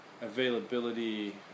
availability